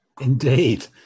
Indeed